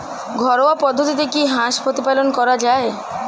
ঘরোয়া পদ্ধতিতে কি হাঁস প্রতিপালন করা যায়?